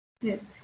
Yes